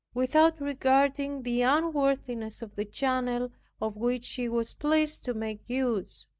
without regarding the unworthiness of the channel of which he was pleased to make use.